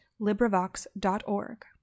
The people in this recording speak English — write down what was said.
LibriVox.org